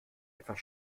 etwas